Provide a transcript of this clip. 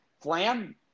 Flam